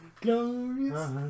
Glorious